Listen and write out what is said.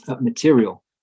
material